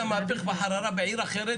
העיצום הכספי בנסיבות שנקבעות מראש בתקנות.